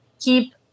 keep